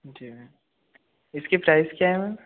जी ma'am इसके price क्या है मैम